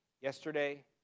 yesterday